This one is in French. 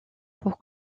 pour